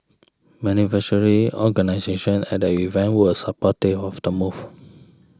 beneficiary organisations at the event were supportive of the move